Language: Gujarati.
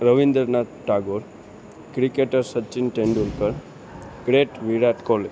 Rabindranath Tagore cricketer Sachin Tendulkar great Virat Kohli